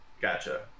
Gotcha